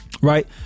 Right